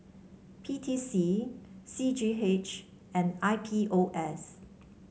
P T C C G H and I P O S